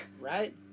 right